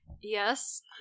Yes